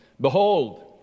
Behold